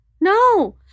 No